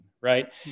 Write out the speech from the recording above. right